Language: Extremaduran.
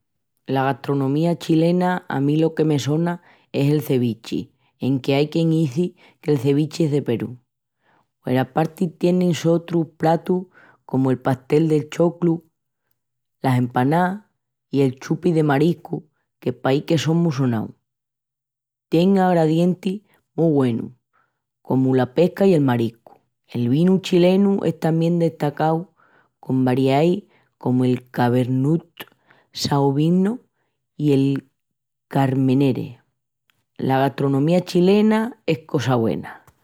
La gastronomía chilena a mí lo que me sona es el cevichi enque ai quien izi que'l cevichi es del Perú. Hueraparti tienin sotrus pratus comu'l pastel de choclo, las empanás i el chupi de mariscus, que pahi que son mu sonaus. Tien agredientis mu güenus comu la pesca i el mariscu. El vinu chilenu es tamién destacau, con varieais comu'l Cabernet Sauvignon i el Carmenère. La gastronomía chilena es cosa güena.